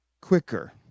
quicker